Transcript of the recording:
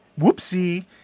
Whoopsie